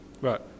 Right